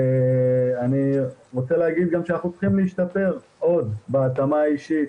אני רוצה להגיד גם שאנחנו צריכים להשתפר עוד בהתאמה האישית.